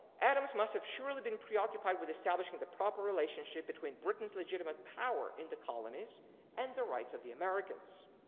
adams must have surely been pretty occupied with establishing the proper relationship between britain's legitimate power into colonies and the rights of the americans.